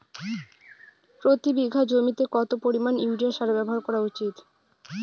প্রতি বিঘা জমিতে কত পরিমাণ ইউরিয়া সার ব্যবহার করা উচিৎ?